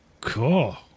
Cool